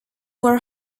were